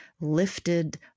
lifted